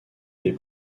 les